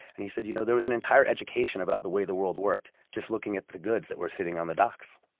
and he said, you know there was an entire education about the way the world worked, just looking at the goods that were sitting on the docks.